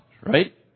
right